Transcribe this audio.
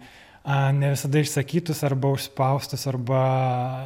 a ne visada išsakytus arba užspaustus arba